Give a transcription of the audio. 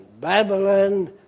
Babylon